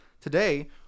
today